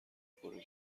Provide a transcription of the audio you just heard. پره